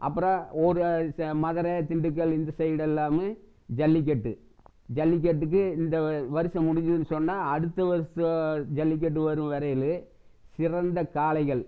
அப்புறம் ஒரு ச மதுரை திண்டுக்கல் இந்த சைடு எல்லாமே ஜல்லிக்கட்டு ஜல்லிக்கட்டுக்கு இந்த வருஷம் முடிஞ்சிதுன்னு சொன்னா அடுத்த வருஷம் ஜல்லிக்கட்டு வரும் வரையில் சிறந்த காளைகள்